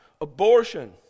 Abortion